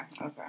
okay